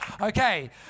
Okay